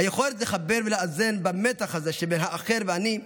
היכולת לחבר ולאזן במתח הזה שבין האחר ואני,